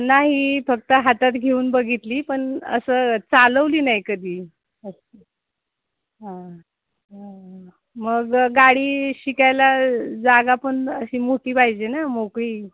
नाही फक्त हातात घेऊन बघितली पण असं चालवली नाही कधी हां मग गाडी शिकायला जागा पण अशी मोठी पाहिजे ना मोकळी